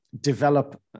develop